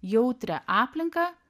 jautrią aplinką